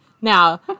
Now